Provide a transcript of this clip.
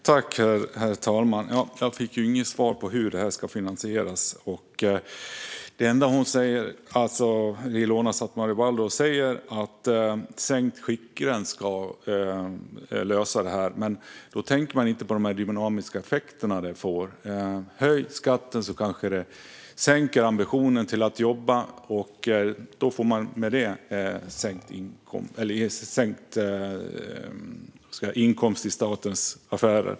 Herr talman! Jag fick inget svar på hur det här ska finansieras. Det enda Ilona Szatmári Waldau säger är att sänkt skiktgräns är lösningen. Men då tänker man inte på de dynamiska effekter detta får. Om man höjer skatten kanske det sänker ambitionen att jobba. I och med det blir det en sänkt inkomst till statens affärer.